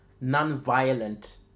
non-violent